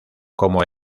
como